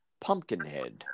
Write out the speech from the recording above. Pumpkinhead